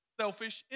selfish